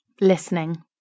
Listening